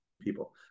people